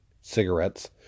cigarettes